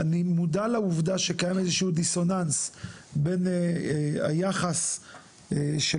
אני מודע לעובדה שקיים דיסוננס בין היחס של